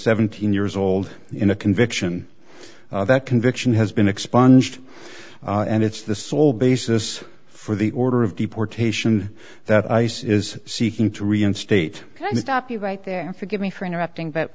seventeen years old in a conviction that conviction has been expunged and it's the sole basis for the order of deportation that ice is seeking to reinstate trying to stop you right there forgive me for interrupting but